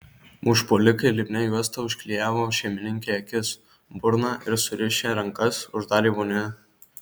užpuolikai lipnia juosta užklijavo šeimininkei akis burną ir surišę rankas uždarė vonioje